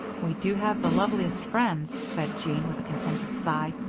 we do have the loveliest friends, said jean, with a contented sigh.